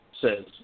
says